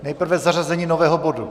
Nejprve zařazení nového bodu.